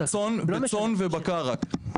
בצאן ובקר רק.